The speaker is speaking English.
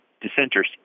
dissenters